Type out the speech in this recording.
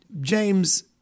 James